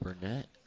Burnett